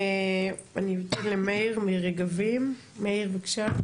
אני אתן למאיר מרגבים, מאיר, בבקשה.